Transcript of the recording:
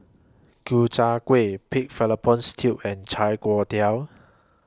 Ku Chai Kueh Pig Fallopian Tubes and Chai Tow Kuay